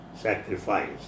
sacrifice